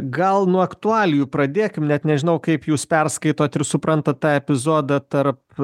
gal nuo aktualijų pradėkim net nežinau kaip jūs perskaitot ir suprantat tą epizodą tarp